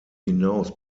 hinaus